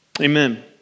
Amen